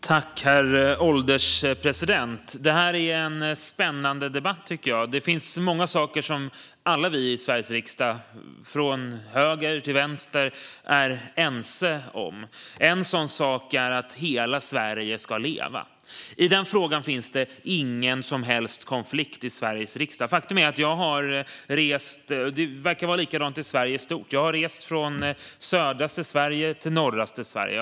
Herr ålderspresident! Detta är en spännande debatt, tycker jag. Det finns många saker som alla vi i Sveriges riksdag, från höger till vänster, är ense om. En sådan sak är att hela Sverige ska leva. I den frågan finns det ingen som helst konflikt i Sveriges riksdag, och det verkar vara likadant i Sverige i stort. Jag har rest från längst ned i södra Sverige till högst upp i norra Sverige.